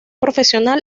profesional